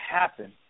happen